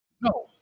No